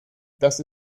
das